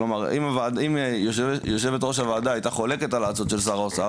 כלומר אם יושבת ראש הוועדה הייתה חולקת על העצות של שר האוצר